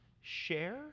share